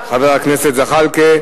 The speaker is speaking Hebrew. חבר הכנסת זחאלקה,